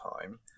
time